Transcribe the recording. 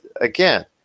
again